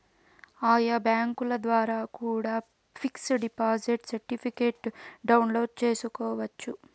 ఆయా బ్యాంకుల ద్వారా కూడా పిక్స్ డిపాజిట్ సర్టిఫికెట్ను డౌన్లోడ్ చేసుకోవచ్చు